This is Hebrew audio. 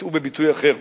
התבטאו בביטוי אחר: